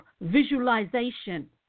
visualization